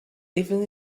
even